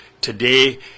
Today